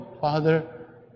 Father